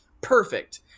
Perfect